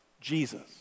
Jesus